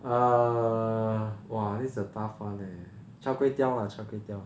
err !wah! this is a tough one eh char kway teow lah char kway teow